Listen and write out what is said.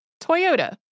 Toyota